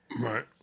Right